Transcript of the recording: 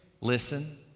Listen